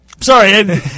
Sorry